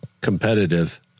competitive